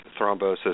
thrombosis